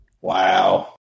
Wow